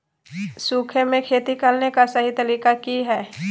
सूखे में खेती करने का सही तरीका की हैय?